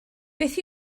beth